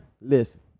Listen